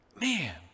man